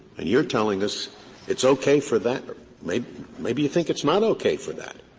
and you're telling us it's okay for that maybe maybe you think it's not okay for that.